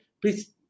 please